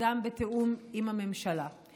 ותקודם בתיאום עם הממשלה.